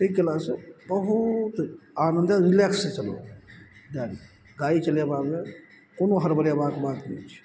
तै कयलासँ बहुत आनन्दक रिलैक्स अइ समय गाड़ी गाड़ी चलेबामे कोनो हड़बड़ेबाक बात नहि छै